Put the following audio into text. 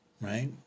right